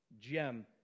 gem